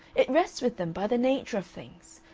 it rests with them by the nature of things.